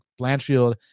Blanchfield